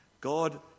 God